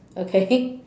okay